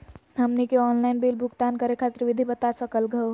हमनी के online bill भुगतान करे खातीर विधि बता सकलघ हो?